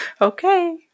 Okay